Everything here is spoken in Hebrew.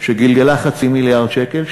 שגלגלה חצי מיליארד שקל,